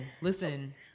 listen